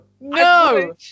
no